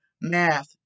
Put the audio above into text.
math